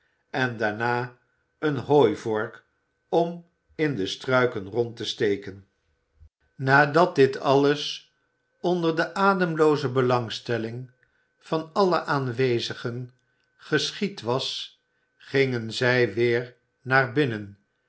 en daarna een hooivork om in de struiken rond te steken nadat dit alles onder de ademlooze belangstelling van alle aanwezigen geschied was gingen zij weer naar binnen